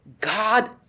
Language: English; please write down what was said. God